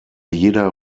jeder